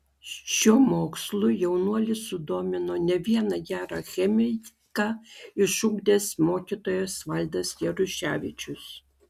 šiuo mokslu jaunuolį sudomino ne vieną gerą chemiką išugdęs mokytojas valdas jaruševičius